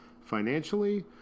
financially